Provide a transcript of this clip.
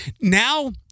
Now